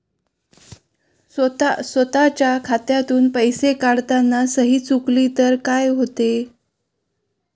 स्वतः स्वतःच्या खात्यातून पैसे काढताना सही चुकली तर काय होते?